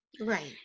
right